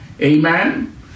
Amen